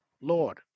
Lord